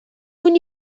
when